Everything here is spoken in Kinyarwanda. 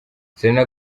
serena